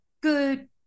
good